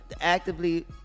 actively